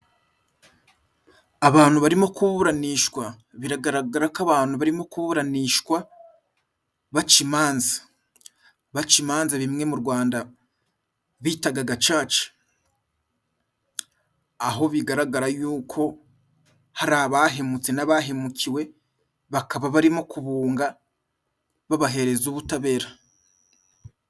Abantu barimo kuburanishwa. Biragaragara ko abantu barimo kuburanishwa baca imanza, baca imanza bimwe mu Rwanda bitaga gacaca. Aho bigaragara y'uko hari abahemutse n'abahemukiwe, bakaba barimo kubunga, babahereza ubutabera.